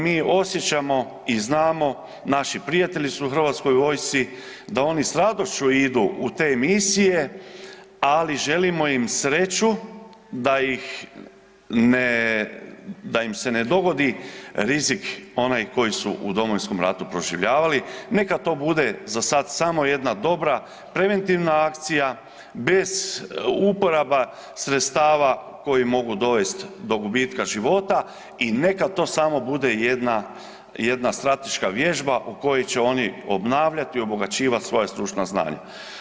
Mi osjećamo i znamo naši prijatelji su u HV-u da oni s radošću idu u te misije, ali želimo im sreću da im se ne dogodi rizik onaj koji su u Domovinskom ratu proživljavali, neka to bude za sad samo jedna dobra preventivna akcija, bez uporaba sredstava koji mogu dovesti do gubitka života i neka to bude jedna strateška vježba u kojoj će oni obnavljat i obogaćivat svoja stručna znanja.